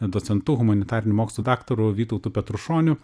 docentu humanitarinių mokslų daktaru vytautu petrušoniu